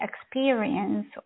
experience